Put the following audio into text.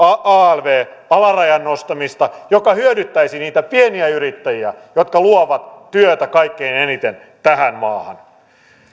alv alarajan nostamista joka hyödyttäisi niitä pieniä yrittäjiä jotka luovat työtä kaikkein eniten tähän maahan